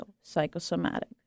psychosomatic